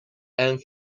and